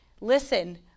listen